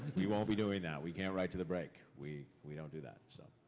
we won't be doing that. we can't write to the break. we we don't do that. so